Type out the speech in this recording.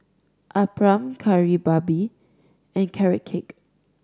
appam Kari Babi and Carrot Cake